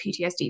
PTSD